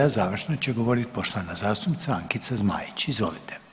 a završno će govoriti poštovana zastupnica Ankica Zmaić, izvolite.